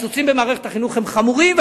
הקיצוצים במערכת החינוך הם חמורים,